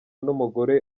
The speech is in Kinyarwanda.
n’umugore